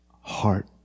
heart